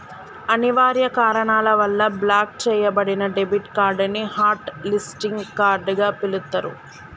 అనివార్య కారణాల వల్ల బ్లాక్ చెయ్యబడిన డెబిట్ కార్డ్ ని హాట్ లిస్టింగ్ కార్డ్ గా పిలుత్తరు